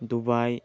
Dubai